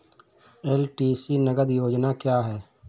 LTC नगद योजना क्या है?